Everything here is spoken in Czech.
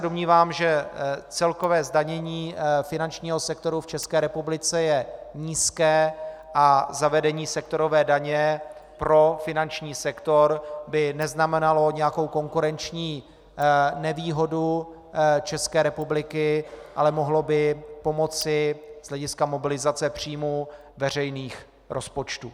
Domnívám se, že celkové zdanění finančního sektoru v České republice je nízké a zavedení sektorové daně pro finanční sektor by neznamenalo nějakou konkurenční nevýhodu České republiky, ale mohlo by pomoci z hlediska mobilizace příjmů veřejných rozpočtů.